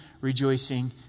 rejoicing